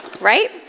Right